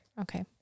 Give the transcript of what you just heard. okay